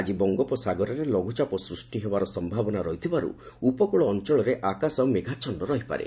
ଆକି ବଙ୍ଗେପସାଗରରେ ଲଘୁଚାପ ସୂଷ୍ଟି ସମ୍ଭାବନା ରହିଥିବାର୍ ଉପକକଳ ଅଞ୍ଞଳରେ ଆକାଶ ମେଘାଛନ୍ନ ରହିପାରେ